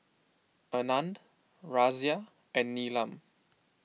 Anand Razia and Neelam